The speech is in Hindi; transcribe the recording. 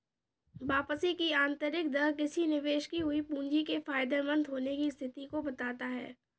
वापसी की आंतरिक दर किसी निवेश की हुई पूंजी के फायदेमंद होने की स्थिति को बताता है